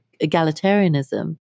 egalitarianism